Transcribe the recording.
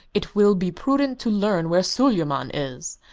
it will be prudent to learn where suleyman is,